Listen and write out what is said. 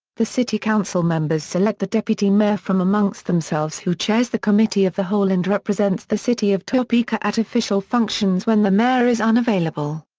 the city council members select the deputy mayor from amongst themselves who chairs the committee of the whole and represents the city of topeka at official functions when the mayor is unavailable.